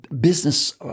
Business